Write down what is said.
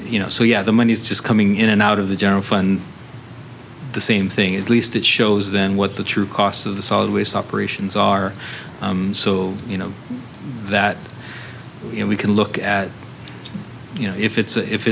you know so yeah the money is just coming in and out of the general fund the same thing at least it shows then what the true cost of the solid waste operations are so you know that we can look at you know if it's if